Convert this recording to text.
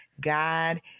god